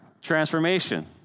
transformation